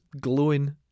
glowing